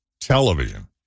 television